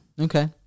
Okay